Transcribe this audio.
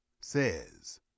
says